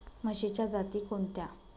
म्हशीच्या जाती कोणत्या?